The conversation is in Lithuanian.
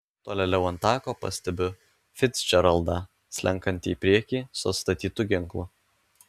tolėliau ant tako pastebiu ficdžeraldą slenkantį į priekį su atstatytu ginklu